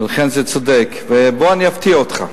ולכן זה צודק, ובוא אני אפתיע אותך.